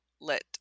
let